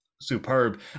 superb